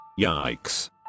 Yikes